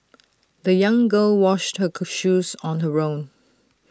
the young girl washed her shoes on her own